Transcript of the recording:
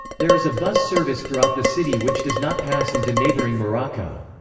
there is a bus service throughout the city which does not pass into neighboring morocco.